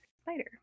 spider